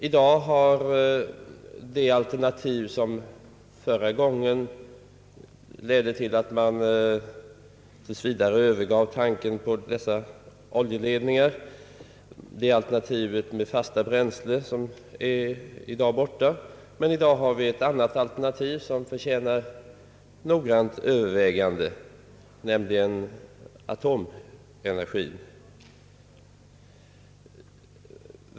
I dag har det alternativ som förra gången ledde till att man tills vidare övergav tanken på dessa oljeledningar, nämligen alternativet med fasta bränslen, inte längre aktualitet, men vi har i dag ett annat alternativ som förtjänar noggrant övervägande, nämligen atomenergin.